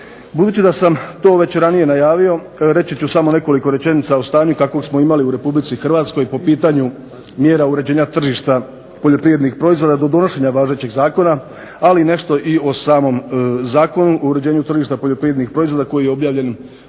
Budući da sam to već ranije najavio, reći ću samo nekoliko rečenica o stanju kakvog smo imali u Republici Hrvatskoj po pitanju mjera uređenja tržišta poljoprivrednih proizvoda do donošenja važećeg zakona, ali nešto i o samom Zakonu o uređenju tržišta poljoprivrednih proizvoda koji je objavljen u